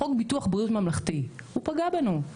בחוק ביטוח בריאות ממלכתי הוא פגע בנו,